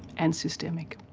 and systemic.